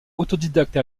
autodidacte